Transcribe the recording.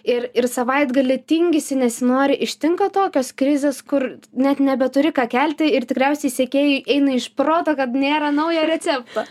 ir ir savaitgalį tingisi nesinori ištinka tokios krizės kur net nebeturi ką kelti ir tikriausiai sekėjai eina iš proto kad nėra naujo recepto